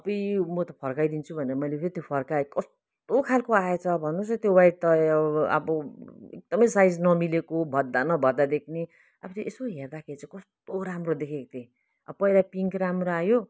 अपुई म त त्यो फर्काइदिन्छु भनेर मैले फेरी त्यो त फर्काए कस्तो खालको आएछ भन्नुहोस् न त्यो वाइट त अब एकदमै साइज नमिलेको भद्धा न भद्धा देख्ने अब त्यो यसो हेर्दाखेरि चाहिँ कस्तो राम्रो देखेको थियो अब पहिला पिङ्क राम्रो आयो